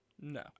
No